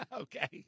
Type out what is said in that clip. Okay